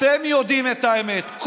אתם יודעים את האמת.